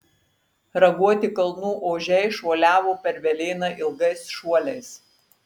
raguoti kalnų ožiai šuoliavo per velėną ilgais šuoliais